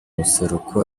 buseruko